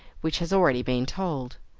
which has already been told.